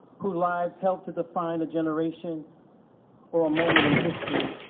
who lives helped to define a generation or a moment in history